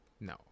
no